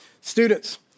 Students